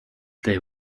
they